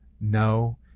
no